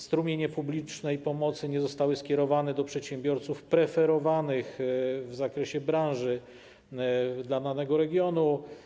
Strumienie publicznej pomocy nie zostały skierowane do przedsiębiorców preferowanych w zakresie branży dla danego regionu.